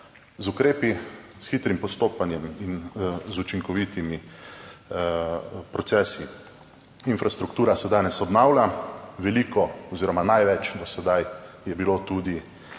z ukrepi, s hitrim postopanjem in z učinkovitimi procesi, infrastruktura se danes obnavlja, veliko oziroma največ do sedaj je bilo tudi